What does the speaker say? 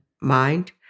mind